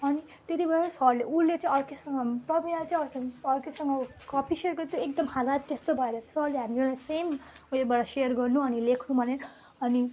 अनि त्यति बेला पनि सरले उसले चाहिँ अर्कैसँग प्रविनाले चाहिँ अर्कैसँग ऊ कपी सेयर गर्थ्यो एकदम हालात त्यस्तो भएर सरले हामी एउटा सेम उयोबाट सेयर गर्नु अनि लेख्नु भने अनि